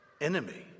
enemy